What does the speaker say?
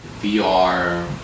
VR